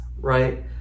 right